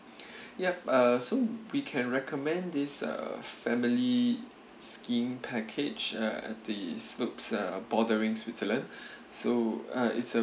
yup uh so we can recommend this uh family skiing package uh at the slopes uh bordering switzerland so uh it's a